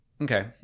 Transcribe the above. Okay